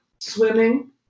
swimming